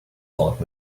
talk